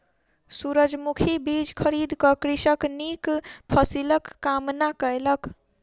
सूरजमुखी बीज खरीद क कृषक नीक फसिलक कामना कयलक